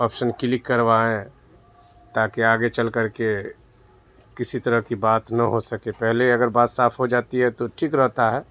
option click کروائیں تاکہ آگے چل کر کے کسی طرح کی بات نہ ہو سکے پہلے اگر بات صاف ہو جاتی ہے تو ٹھیک رہتا ہے